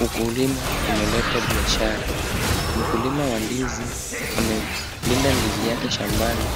Ukulima umelete biashara. Mkulima wa ndizi amelinda ndizi yake shambani,